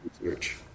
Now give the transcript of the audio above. research